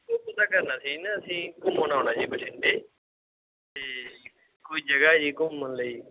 ਉਹ ਪਤਾ ਕਰਨਾ ਸੀ ਨਾ ਅਸੀਂ ਘੁੰਮਣ ਆਉਣਾ ਜੀ ਬਠਿੰਡੇ ਤੇ ਕੋਈ ਜਗ੍ਹਾ ਜੀ ਘੁੰਮਣ ਲਈ